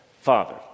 Father